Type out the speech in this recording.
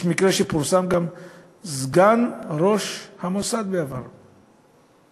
יש מקרה שפורסם, שגם סגן ראש המוסד בעבר נפסל.